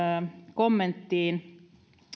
kommenttiin